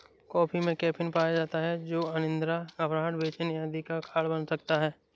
coffee में caffeine पाया जाता है जो अनिद्रा, घबराहट, बेचैनी आदि का कारण बन सकता है